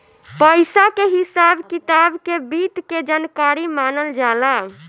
पइसा के हिसाब किताब के वित्त के जानकारी मानल जाला